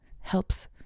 helps